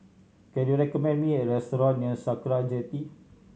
can you recommend me a restaurant near Sakra Jetty